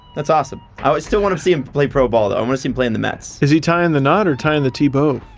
that's awesome. i would still want to see him play pro ball though. i wanna see him playing the mets. is he tying the knot or tying the tebow?